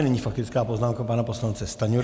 Nyní faktická poznámka pana poslance Stanjury.